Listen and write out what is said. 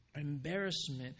embarrassment